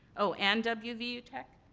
oh, and wvu wvu tech?